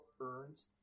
earns